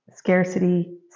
scarcity